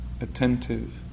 attentive